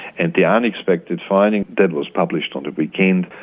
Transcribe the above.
and the unexpected finding that was published on the weekend,